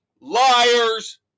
Liars